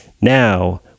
now